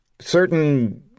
certain